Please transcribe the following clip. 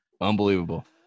Unbelievable